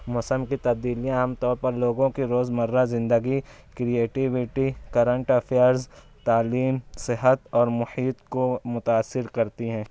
موسم کی تبدیلیاں عام طور پر لوگوں کی روزمرہ زندگی کریٹیویٹی کرنٹ افیئرز تعلیم صحت اور محیط کو متأثر کرتی ہیں